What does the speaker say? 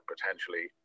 potentially